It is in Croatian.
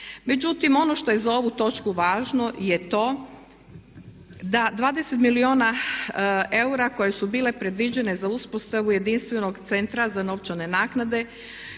Međutim, ono što je za ovu točku važno je to da 20 milijuna eura koje su bile predviđene za uspostavu jedinstvenog Centra za novčane naknade